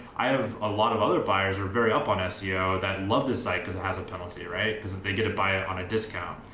i have a lot of other buyers who are very up on ah seo that love this site cause it has a penalty, right, cause they get to buy it on a discount.